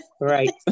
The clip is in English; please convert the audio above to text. Right